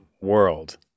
world